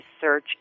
search